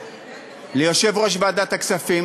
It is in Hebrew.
ליושב-ראש ועדת הכספים,